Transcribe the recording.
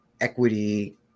equity –